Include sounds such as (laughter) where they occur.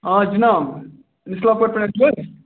آ جناب (unintelligible)